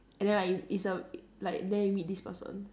and then right it's a like then you meet this person